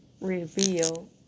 reveal